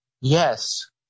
yes